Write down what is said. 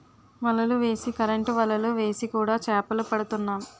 వలలు వేసి కరెంటు వలలు వేసి కూడా చేపలు పడుతున్నాం